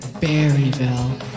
Berryville